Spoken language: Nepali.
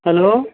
हेलो